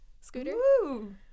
Scooter